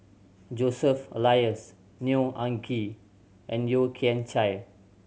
Joseph Elias Neo Anngee and Yeo Kian Chai